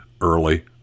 early